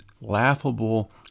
laughable